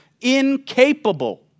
incapable